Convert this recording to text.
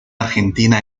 argentina